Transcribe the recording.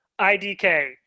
IDK